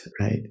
right